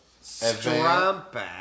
strumpet